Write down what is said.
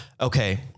Okay